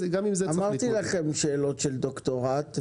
אמרתי לכם שאלות של דוקטורט,